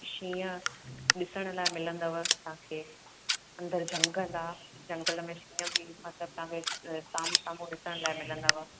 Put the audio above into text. शींहं ॾिसण लाइ मिलंदव तांखे अंदरु झंगलु आहे झंगल में शींहं बि मतिलबु तव्हांखे जाम साम्हूं ॾिसण लाइ मिलंदव